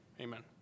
Amen